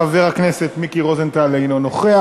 חבר הכנסת מיקי רוזנטל, אינו נוכח.